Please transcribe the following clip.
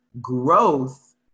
growth